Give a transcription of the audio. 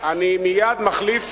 אני מחליף